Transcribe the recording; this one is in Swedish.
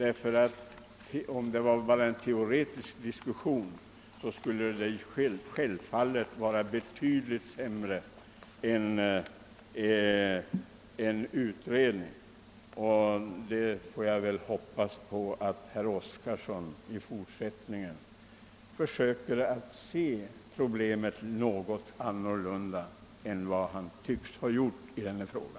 I så fall skulle det givetvis ha varit betydligt bättre med en utredning om vad herr Oskarson syftar till med sin teori. Jag hoppas verkligen att herr Oskarson i fortsättningen försöker att se på dessa problem något annorlunda än han nu tycks göra.